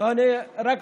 מהאגף